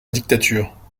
dictature